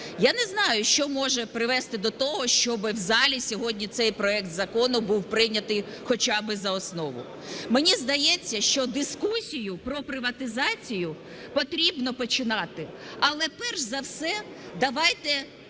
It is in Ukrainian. Я не знаю, що може привести до того, щоби в залі сьогодні цей проект закон був прийнятий хоча би за основу. Мені здається, що дискусію про приватизацію потрібно починати, але перш за все давайте